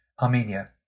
Armenia